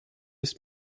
ist